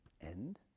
end